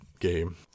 game